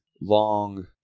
long